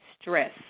stress